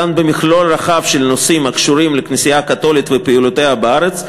דן במכלול רחב של נושאים הקשורים לכנסייה הקתולית ופעילויותיה בארץ,